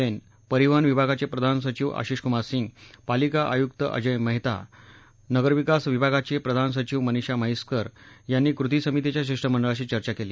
जेन परिवहन विभागाचे प्रधान सचिव आशीषकुमार सिंह पालिका आयुक्त अजोय मेहता नगरविकास विभागाचे प्रधान सचिव मनीषा म्हैसकर यांनी कृती समितीच्या शिष्टमंडळाशी चर्चा केली